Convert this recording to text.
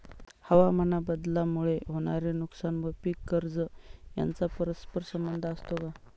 हवामानबदलामुळे होणारे नुकसान व पीक कर्ज यांचा परस्पर संबंध असतो का?